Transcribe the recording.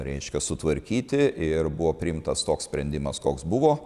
reiškia sutvarkyti ir buvo priimtas toks sprendimas koks buvo